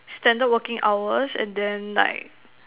standard working hours and then like